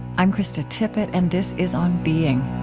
i'm krista tippett, and this is on being